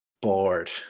bored